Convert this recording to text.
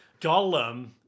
Gollum